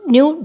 New